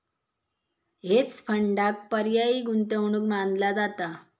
hedge फंडांक पर्यायी गुंतवणूक मानला जाता